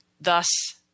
Thus